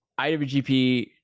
IWGP